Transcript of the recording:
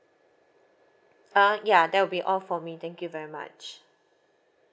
uh ya that will be all for me thank you very much